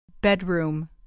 Bedroom